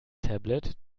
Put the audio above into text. tablet